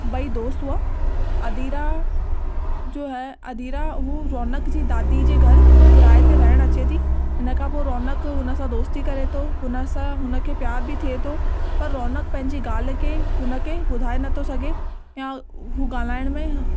ॿई दोस्त हुआ अदीरा जो इहो अदीरा उहो रौनक जी दादी जे घर किराए ते रहण अचे थी हिन खां पो रौनक हुन सां दोस्ती करे थो उन सां उन खे प्यार बि थिए थो पर रौनक पंहिंजी ॻाल्हि खे हुन खे ॿुधाए नथो सघे या उहा ॻाल्हाइण में